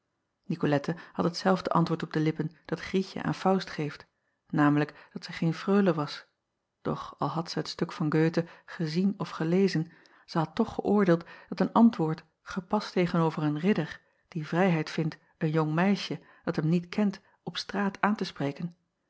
icolette had hetzelfde antwoord op de lippen dat rietje aan aust geeft namelijk dat zij geen reule was doch al had zij het stuk van oethe gezien of gelezen zij had toch geöordeeld dat een antwoord gepast tegen-over een ridder die vrijheid vindt een jong meisje dat hem niet kent op straat aan te spreken